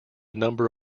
number